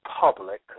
public